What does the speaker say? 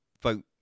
vote